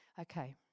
Okay